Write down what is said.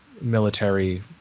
Military